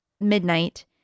midnight